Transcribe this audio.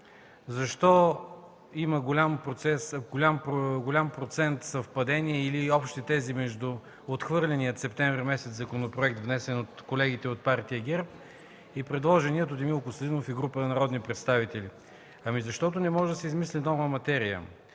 Защо има голям процент съвпадение или общи тези между отхвърления през месец септември законопроект, внесен от колегите от Партия ГЕРБ, и предложения от Емил Костадинов и група народни представители? Защото не може да се измисли нова материя.